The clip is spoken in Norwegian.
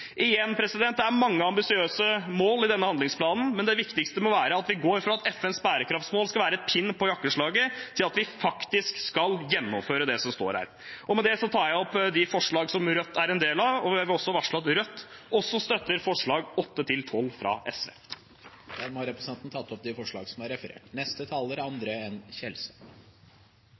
Igjen: Det er mange ambisiøse mål i denne handlingsplanen, men det viktigste må være at vi går fra at FNs bærekraftsmål skal være en pin på jakkeslaget til at vi faktisk skal gjennomføre det som står der. Med det tar jeg opp Rødts forslag. Jeg vil også varsle at Rødt støtter forslagene nr. 8–12, fra SV. Representanten Tobias Drevland Lund har tatt opp det forslaget han refererte til. Jeg er